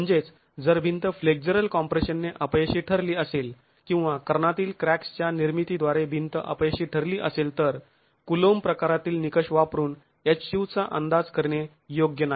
म्हणजेच जर भिंत फ्लेक्झरल कॉम्प्रेशन ने अपयशी ठरली असेल किंवा कर्णातील क्रॅक्सच्या निर्मितीद्वारे भिंत अपयशी ठरली असेल तर कुलोंब प्रकारातील निकष वापरून Hu चा अंदाज करणे योग्य नाही